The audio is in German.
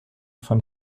von